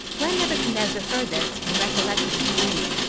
when nebuchadnezzar heard this, and recollected his dream,